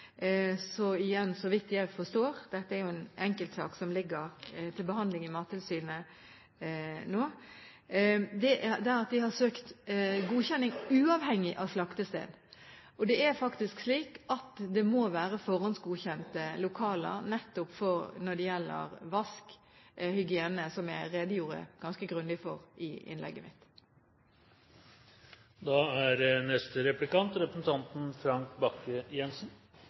så vidt jeg forstår – dette er jo en enkeltsak som ligger til behandling i Mattilsynet nå – er at de har søkt godkjenning uavhengig av slaktested. Det er faktisk slik at det må være forhåndsgodkjente lokaler nettopp når det gjelder vask, hygiene, som jeg redegjorde ganske grundig for i innlegget mitt. Statsråden redegjør jo egentlig ganske greit for regelverket, og jeg tror faktisk intensjonen er